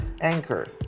anchor